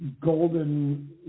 golden